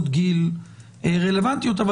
בקבוצות גיל רלוונטיות כי זה באמת חשוב,